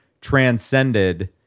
transcended